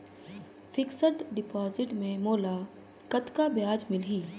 Fixed deposit मे मोला कतका ब्याज मिलही?